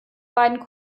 beiden